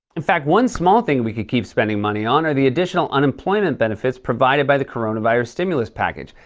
in fact, one small thing we could keep spending money on are the additional unemployment benefits provided by the coronavirus stimulus package.